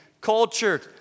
culture